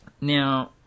Now